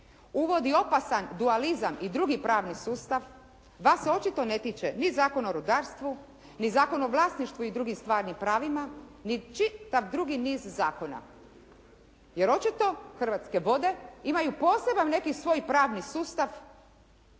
uvodi opasan dualizam i drugi pravni sustav. Vas se očito ne tiče ni Zakon o rudarstvu ni Zakon o vlasništvu i drugim stvarnim pravima ni čitav drugi niz zakona jer očito Hrvatske vode imaju poseban neki svoj pravni sustav